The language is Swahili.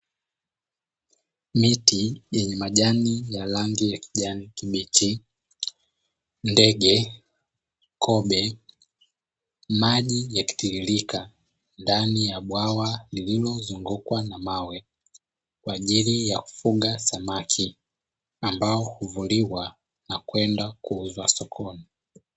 Miti yenye majani ya rangi ya kijani kibichi, ndege, kobe maji yakitiririka ndani ya bwawa lililozungukwa na mawe kwa ajili ya kufuga samaki ambao huvuliwa na kwenda kuuzwa sokoni.